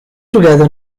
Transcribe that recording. together